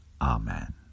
Amen